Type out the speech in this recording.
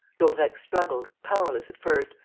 daubrecq struggled, powerless at first,